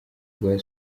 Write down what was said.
rwa